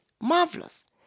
marvelous